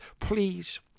please